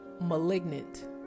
malignant